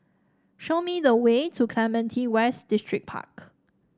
show me the way to Clementi West Distripark